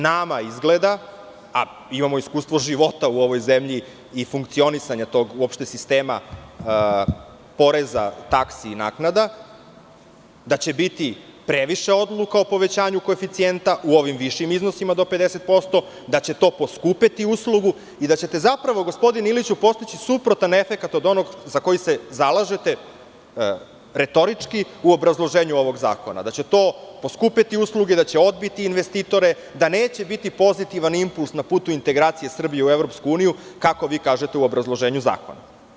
Nama izgleda, a imamo iskustvo života u ovoj zemlji i funkcionisanja uopšte tog sistema poreza, taksi i naknada, da će biti previše odluka o povećanju koeficijenta u ovim višim iznosima do 50%, da će to poskupeti uslugu i da ćete, gospodine Iliću, zapravo postići suprotan efekat od onog za koji se zalažete retorički u obrazloženju ovog zakona – da će to poskupeti usluge, da će odbiti investitore, da neće biti pozitivan impuls na putu integracije Srbije u EU, kako vi kažete u obrazloženju zakona.